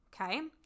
okay